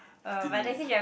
fifteen minutes